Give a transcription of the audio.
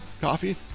coffee